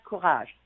courage